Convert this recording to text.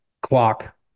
clock